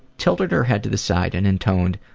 tilted her head to the side and intoned,